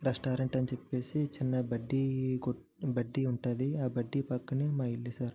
restaurant అని చెప్పేసి చిన్న బట్టి కొట్టు బట్టీ ఉంటుంది ఆ బట్టీ పక్కనే మా ఇల్లు సార్